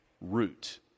root